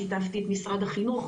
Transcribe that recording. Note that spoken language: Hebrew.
שיתפתי את משרד החינוך,